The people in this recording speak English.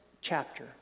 chapter